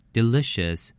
Delicious